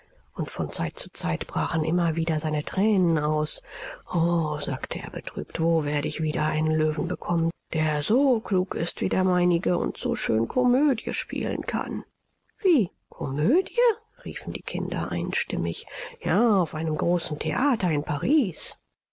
und von zeit zu zeit brachen immer wieder seine thränen aus o sagte er betrübt wo werde ich wieder einen löwen bekommen der so klug ist wie der meinige und so schön komödie spielen kann wie komödie riefen die kinder einstimmig ja auf einem großen theater in paris